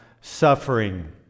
suffering